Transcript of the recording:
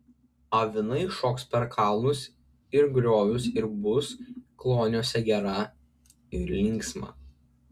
avinai šoks per kalnus ir griovius ir bus kloniuose gera ir linksma